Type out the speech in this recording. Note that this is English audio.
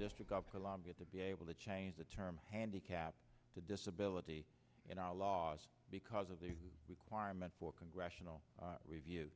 district of columbia to be able to change the term handicap to disability in our laws because of the requirement for congressional review